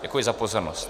Děkuji za pozornost.